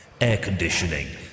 Air-conditioning